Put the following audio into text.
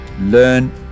learn